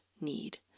need